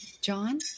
john